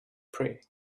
pray